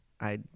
I